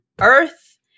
earth